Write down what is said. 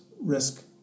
risk